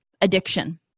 addiction